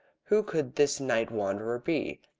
who could this night wanderer be?